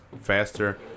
faster